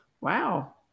Wow